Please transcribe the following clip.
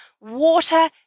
Water